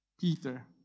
Peter